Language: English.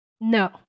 no